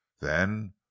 Then